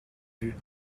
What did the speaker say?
vue